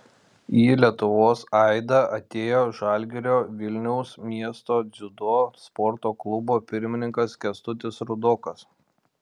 į lietuvos aidą atėjo žalgirio vilniaus miesto dziudo sporto klubo pirmininkas kęstutis rudokas